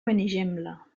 benigembla